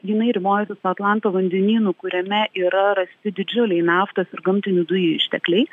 jinai ribojasi su atlanto vandenynu kuriame yra rasti didžiuliai naftos ir gamtinių dujų ištekliai